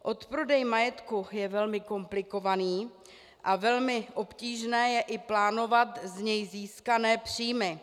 Odprodej majetku je velmi komplikovaný a velmi obtížné je i plánovat z něj získané příjmy.